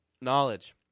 Knowledge